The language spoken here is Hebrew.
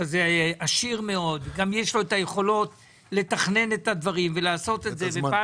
הוא עשיר מאוד ויש לו את היכולות לתכנן את הדברים ולעשות את זה; פעם